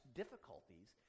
difficulties